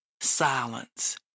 silence